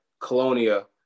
Colonia